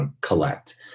collect